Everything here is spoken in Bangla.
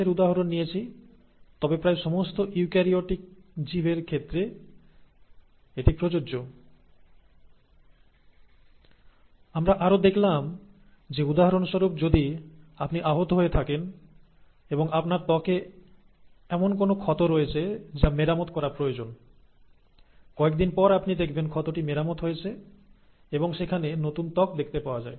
একটি জীবের বৃদ্ধিতে সাহায্য করে না এখানে আমি মানুষের একটি উদাহরণ নিয়েছি প্রায় সমস্ত অন্যান্য ইউক্যারিওটিক জীবের ক্ষেত্রেও এটি প্রযোজ্য আমরা আরো দেখলাম যে উদাহরণস্বরূপ যদি আপনি আহত হয়ে থাকেন এবং আপনার ত্বকে এমন কোনো ক্ষত রয়েছে যা মেরামত করা প্রয়োজন কয়েকদিন পর আপনি দেখবেন ক্ষতটি মেরামত হয়েছে এবং সেখানে নতুন ত্বক দেখতে পাওয়া যায়